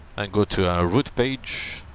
and go to route page,